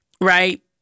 Right